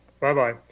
Bye-bye